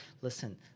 listen